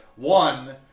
One